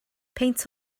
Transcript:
peint